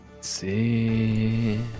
see